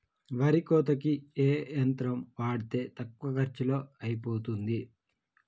వరి కోతకి ఏ యంత్రం వాడితే తక్కువ ఖర్చులో అయిపోతుంది?